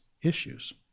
issues